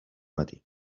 matí